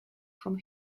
from